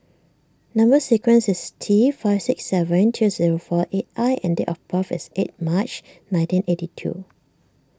Number Sequence is T five six seven two zero four eight I and date of birth is eight March nineteen eighty two